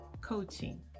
coaching